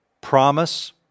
Promise